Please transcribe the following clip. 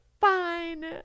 fine